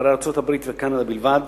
אחרי ארצות-הברית וקנדה בלבד,